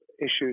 issues